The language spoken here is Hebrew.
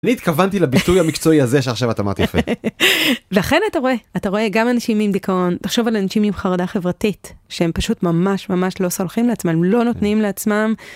אני התכוונתי לביטוי המקצועי הזה שעכשיו את אמרת יפה. -לכן אתה רואה, אתה רואה גם אנשים עם דיכאון, תחשוב על אנשים עם חרדה חברתית שהם פשוט ממש ממש לא סולחים לעצמם, לא נותנים לעצמם.